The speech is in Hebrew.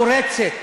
הפורצת